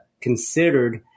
considered